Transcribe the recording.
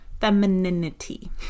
Femininity